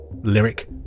Lyric